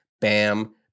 bam